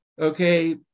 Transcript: okay